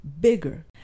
bigger